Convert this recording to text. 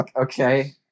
okay